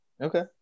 Okay